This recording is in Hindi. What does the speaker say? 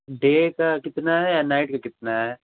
डे का कितना है आ नाईट का कितना है